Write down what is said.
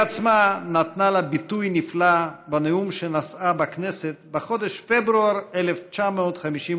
היא עצמה נתנה לה ביטוי נפלא בנאום שנשאה בכנסת בחודש פברואר 1952,